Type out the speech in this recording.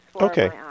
okay